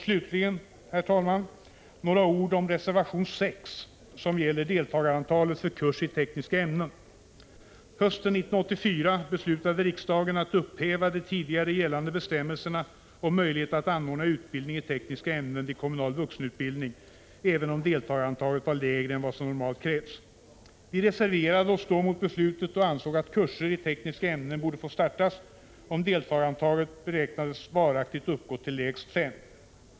Slutligen, herr talman, några ord om reservation nr 6, som gäller deltagarantalet för kurs i tekniska ämnen. Hösten 1984 beslutade riksdagen att upphäva de tidigare gällande bestämmelserna om möjlighet att anordna utbildning i tekniska ämnen vid kommunal vuxenutbildning även om deltagarantalet var lägre än vad som normalt krävs. Vi reserverade oss då mot beslutet och ansåg att kurser i tekniska ämnen borde få startas om deltagarantalet beräknades varaktigt uppgå till lägst fem.